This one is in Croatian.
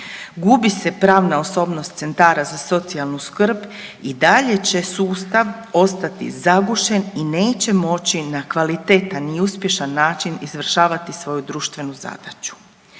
gubi se pravna osobnost centara za socijalnu skrb i dalje će sustav ostati zagušen i neće moći na kvalitetan i uspješan način izvršavati svoju društvenu zadaću.